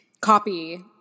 copy